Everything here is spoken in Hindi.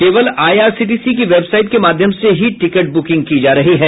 केवल आईआरसीटीसी की वेबसाइट के माध्यम से ही टिकट बुकिंग की जा रही है